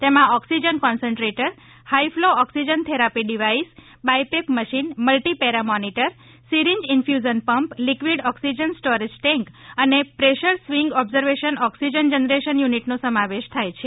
તેમાં oxygen concentrator high flow oxygen therapy device BiPAP machine multi para monitor syringe infusion pump liquid oxygen storage tank અને pressure swing absorption oxygen generation યુનિટનો સમાવેશ થાય છે